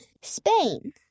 Spain